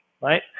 right